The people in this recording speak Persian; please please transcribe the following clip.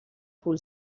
پول